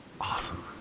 Awesome